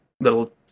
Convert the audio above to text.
little